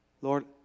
Lord